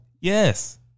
Yes